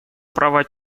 права